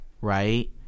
right